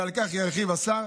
ועל כך ירחיב השר.